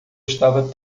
estava